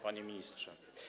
Panie Ministrze!